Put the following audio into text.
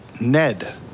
Ned